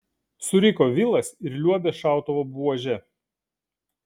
suriko vilas ir liuobė šautuvo buože